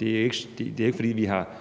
Det er ikke, fordi vi siger,